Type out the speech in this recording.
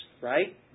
right